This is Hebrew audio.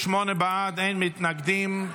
בעד, אין מתנגדים.